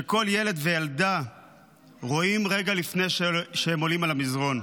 שכל ילד וילדה רואים רגע לפני שהם עולים על המזרן: